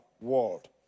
world